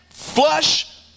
Flush